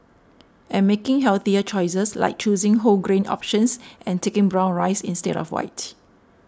and making healthier choices like choosing whole grain options and taking brown rice instead of white